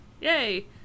Yay